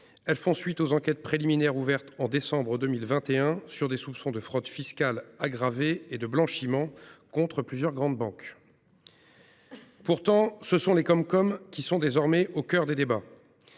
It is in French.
elles font suite aux enquêtes préliminaires ouvertes en décembre 2021 sur des soupçons de fraude fiscale aggravée et de blanchiment, contre plusieurs grandes banques. Pourtant, ce sont les CumCum qui sont à présent au coeur des débats.